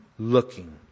Looking